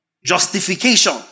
justification